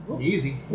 Easy